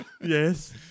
Yes